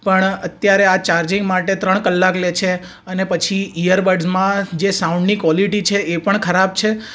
પણ અત્યારે આ ચાર્જિંગ માટે ત્રણ કલાક લે છે અને પછી ઈયરબડ્સમાં જે સાઉન્ડની ક્વોલીટી છે એ પણ ખરાબ છે